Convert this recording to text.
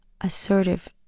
assertive